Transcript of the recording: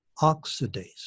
oxidase